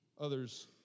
Others